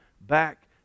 back